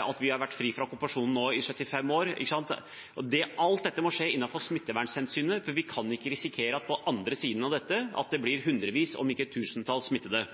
at vi har vært fri fra okkupasjon nå i 75 år. Alt dette må skje innenfor smittevernhensyn, for vi kan ikke risikere at på den andre siden av dette blir det hundrevis, om ikke tusentalls, smittede.